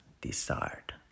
desired